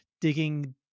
digging